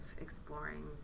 exploring